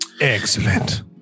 Excellent